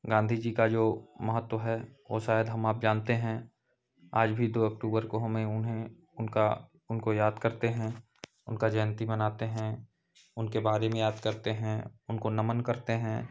गाँधी जी का जो महत्व है वह शायद हम आप जानते हैं आज भी दो अक्टूबर को हमें उन्हें उनका उनको याद करते हैं उनका जयंती मनाते हैं उनके बारे में याद करते हैं उनको नमन करते हैं